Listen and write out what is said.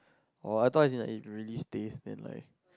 oh I thought is in in ready state and like